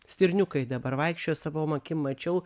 stirniukai dabar vaikščiojo savom akim mačiau